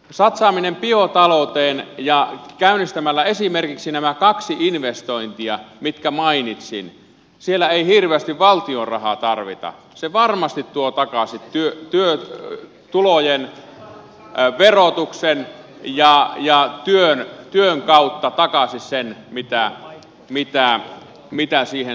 satsaamalla biotalouteen ja käynnistämällä esimerkiksi nämä kaksi investointia mitkä mainitsin siellä ei hirveästi valtion rahaa tarvita tuodaan varmasti takaisin työtulojen verotuksen ja työn kautta se mitä niihin satsataan